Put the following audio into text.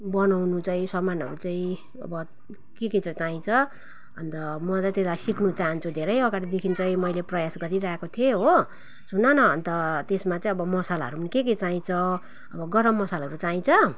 बनाउनु चाहिँ सामानहरू चाहिँ अब के के चाहिँ चाहिन्छ अन्त म त त्यसलाई सिक्नु चाहन्छु धेरै अगाडिदेखि चाहिँ मैले प्रयास गरिरहेको थिएँ हो सुन न अन्त त्यसमा चाहिँ अब मसलाहरू पनि के के चाहिन्छ अब गरम मसलाहरू चाहिन्छ